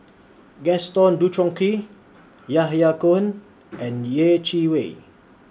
Gaston Dutronquoy Yahya Cohen and Yeh Chi Wei